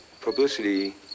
Publicity